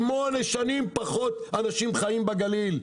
שמונה שנים פחות אנשים חיים בגליל.